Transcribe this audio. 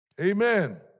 Amen